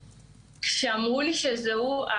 ואמרו לי שזה הוא,